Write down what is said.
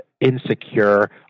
insecure